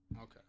Okay